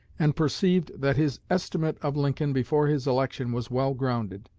and perceived that his estimate of lincoln before his election was well grounded,